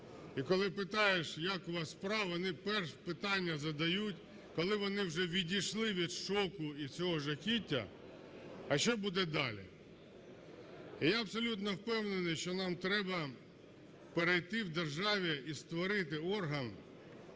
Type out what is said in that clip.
і коли питаєш, як у вас справи, вони перше питання задають, коли вони вже відійшли від шоку і всього жахіття: а що буде далі? І я абсолютно впевнений, що нам треба перейти в державі і створити орган